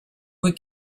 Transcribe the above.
were